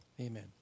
Amen